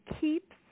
keeps